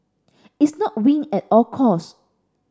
it's not win at all cost